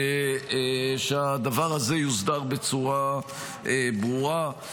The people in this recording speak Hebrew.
והדבר הזה יוסדר בצורה ברורה.